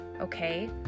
Okay